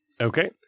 Okay